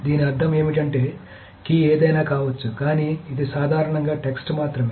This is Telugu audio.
దీని అర్థం ఏమిటంటే కీ ఏదైనా కావచ్చు కానీ ఇది సాధారణంగా టెక్స్ట్ మాత్రమే